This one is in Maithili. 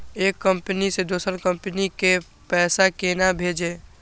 एक कंपनी से दोसर कंपनी के पैसा केना भेजये?